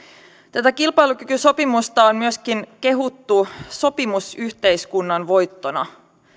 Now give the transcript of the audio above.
tätä kilpailukykysopimusta on myöskin kehuttu sopimusyhteiskunnan voittona